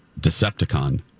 Decepticon